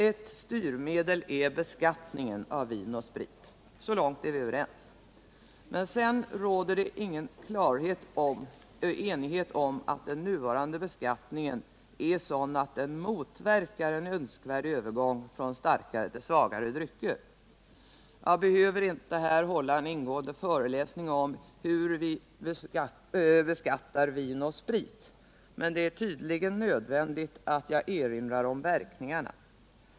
Ett styrmedel är beskattningen av vin och sprit. Så långt är vi överens, men sedan råder ingen enighet om att den nuvarande beskattningen motverkar en önskvärd övergång från starkare till svagare drycker. Jag behöver här icke hålla en ingående föreläsning om hur vi beskattar vin och sprit, men det är tydligen nödvändigt att jag erinrar om verkningarna.